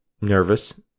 nervous